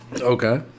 Okay